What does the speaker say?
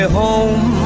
home